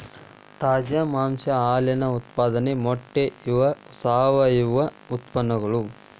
ತಾಜಾ ಮಾಂಸಾ ಹಾಲಿನ ಉತ್ಪಾದನೆ ಮೊಟ್ಟೆ ಇವ ಸಾವಯುವ ಉತ್ಪನ್ನಗಳು